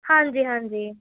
ਹਾਂਜੀ ਹਾਂਜੀ